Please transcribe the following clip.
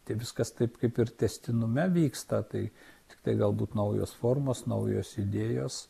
tai viskas taip kaip ir tęstinume vyksta tai tiktai galbūt naujos formos naujos idėjos